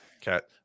cat